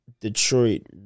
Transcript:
Detroit